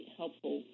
helpful –